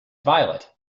violet